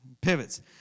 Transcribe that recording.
pivots